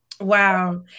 Wow